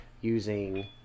using